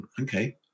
Okay